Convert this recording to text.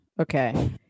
Okay